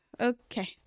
okay